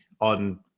on